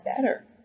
better